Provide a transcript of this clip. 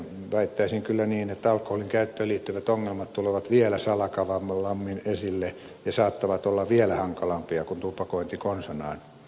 väittäisin kyllä niin että alkoholin käyttöön liittyvät ongelmat tulevat vielä salakavalammin esille ja saattavat olla vielä hankalampia kuin tupakointi konsanaan